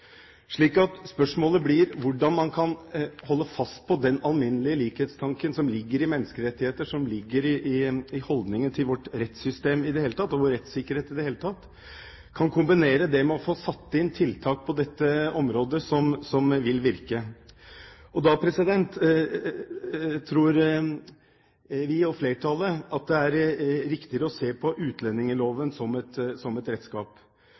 den alminnelige likhetstanken som ligger i menneskerettighetene, og som ligger i holdningen til vårt rettssystem og vår rettssikkerhet i det hele tatt, og kombinere det med å få satt inn tiltak på dette området som vil virke. Da tror vi og flertallet at det er riktigere å se på utlendingsloven som et redskap.